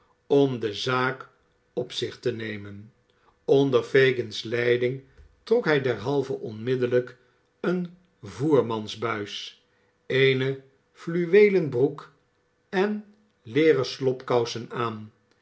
om de zaak op zich te nemen onder fagin's leiding trok hij derhalve onmiddellijk een voermansbuis eene f uwee en broek en leeren slopkousen aan